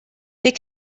they